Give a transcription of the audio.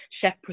Chef